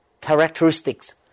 characteristics